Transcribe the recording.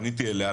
פניתי אליה,